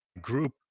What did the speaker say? group